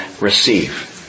receive